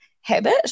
habit